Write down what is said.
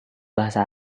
bahasa